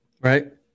Right